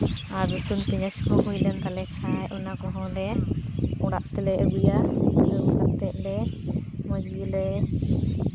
ᱟᱨ ᱨᱚᱥᱩᱱ ᱯᱮᱸᱭᱟᱡᱽ ᱠᱚ ᱦᱩᱭ ᱞᱮᱱ ᱛᱟᱞᱮ ᱠᱷᱟᱡ ᱚᱱᱟ ᱠᱚᱦᱚᱸ ᱞᱮ ᱚᱲᱟᱜ ᱛᱮᱞᱮ ᱟᱹᱜᱩᱭᱟ ᱟᱹᱜᱩ ᱠᱟᱛᱮᱫ ᱞᱮ ᱢᱚᱡᱽ ᱜᱮᱞᱮ